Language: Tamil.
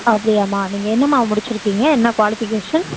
அப்படியாம்மா நீங்கள் என்னம்மா முடிச்சிருக்கீங்கள் என்ன குவாலிஃபிகேஷன்